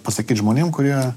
pasakyt žmonėm kurie